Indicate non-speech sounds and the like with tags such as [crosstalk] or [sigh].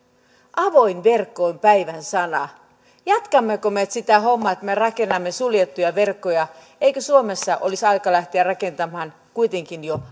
avoin verkko on päivän sana jatkammeko me sitä hommaa että rakennamme suljettuja verkkoja eikö suomessa olisi aika lähteä rakentamaan kuitenkin jo [unintelligible]